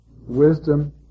wisdom